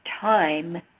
time